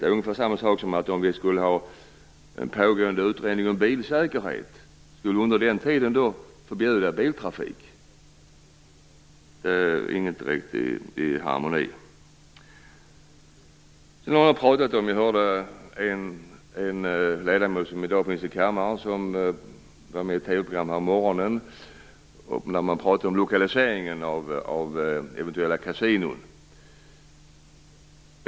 Det är ungefär samma sak som att vi under pågående utredning om bilsäkerhet under tiden skulle förbjuda biltrafik. Det finns ingen harmoni här. Jag hörde en ledamot i ett TV-program härommorgonen tala om lokaliseringen av eventuella kasinon.